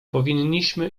powinniśmy